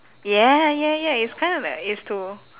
yeah ya ya it's kind of like it's to